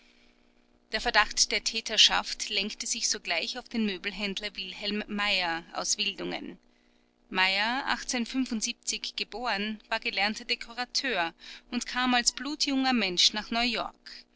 der verdacht der täterschaft lenkte sich sogleich auf den möbelhändler wilhelm meyer aus wildungen meyer geboren war gelernter dekorateur und kam als blutjunger mensch nach neuyork